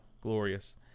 glorious